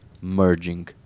merging